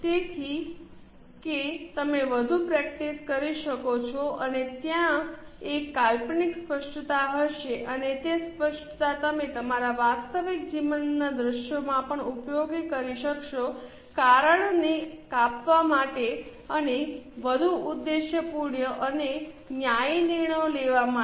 તેથી કે તમે વધુ પ્રેક્ટિસ કરી શકો છો અને ત્યાં એક કાલ્પનિક સ્પષ્ટતા હશે અને તે સ્પષ્ટતા તમે તમારા વાસ્તવિક જીવનના દૃશ્યોમાં પણ ઉપયોગ કરી શકશો કારણને કાપવા માટે અને વધુ ઉદ્દેશ્યપૂર્ણ અને ન્યાયી નિર્ણયો લેવા માટે